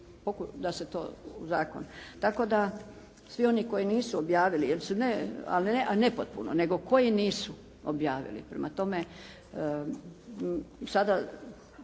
ugraditi u zakon. Tako da svi oni koji nisu objavili, ne nepotpuno, nego koji nisu objavili. Prema tome sada